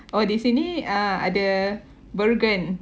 oh di sini ada bergen